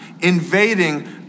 invading